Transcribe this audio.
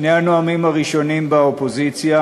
שני הנואמים הראשונים באופוזיציה,